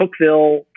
Cookville